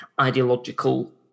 ideological